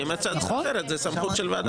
כי אם יש הצעה אחרת, זו סמכות של ועדת הכנסת.